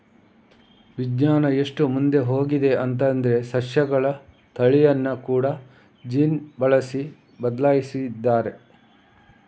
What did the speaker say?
ವಿಜ್ಞಾನ ಎಷ್ಟು ಮುಂದೆ ಹೋಗಿದೆ ಅಂತಂದ್ರೆ ಸಸ್ಯಗಳ ತಳಿಯನ್ನ ಕೂಡಾ ಜೀನ್ ಬಳಸಿ ಬದ್ಲಾಯಿಸಿದ್ದಾರೆ